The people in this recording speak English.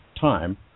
time